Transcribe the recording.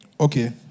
Okay